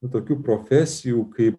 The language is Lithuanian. nu tokių profesijų kaip